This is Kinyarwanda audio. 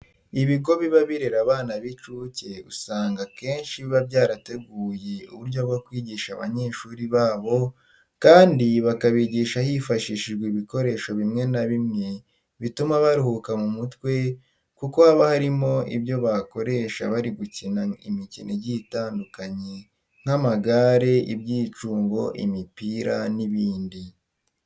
Ibigo biba birera abana b'incuke usanga akenshi biba byarateguye uburyo bwo kwigisha abanyeshuri babo kandi bakabigisha hifashishijwe ibikoresho bimwe na bimwe bituma baruhuka mu mutwe kuko haba harimo ibyo bakoresha bari gukina imikino igiye itandukanye nk'amagare, ibyicungo, imipira n'ibindi.